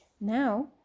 Now